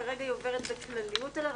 כרגע היא עוברת בכלליות עליו,